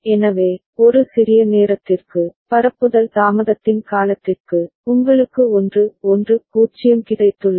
எனவே ஒரு சிறிய நேரத்திற்கு பரப்புதல் தாமதத்தின் காலத்திற்கு உங்களுக்கு 1 1 0 கிடைத்துள்ளது